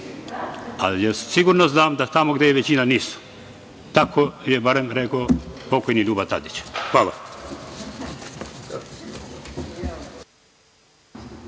ali sigurno znam da tamo gde je većina nisu. Tako je, barem rekao pokojni Ljuba Tadić. Hvala.